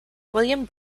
william